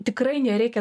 tikrai nereikia